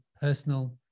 personal